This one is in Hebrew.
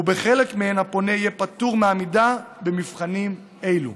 ובחלק מהן הפונה יהיה פטור מעמידה במבחנים האלה.